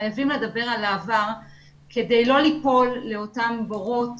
חייבים לדבר על העבר כדי לא ליפול לאותם בורות